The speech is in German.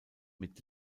mit